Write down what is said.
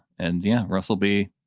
and yeah, russell b.